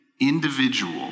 individual